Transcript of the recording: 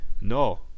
No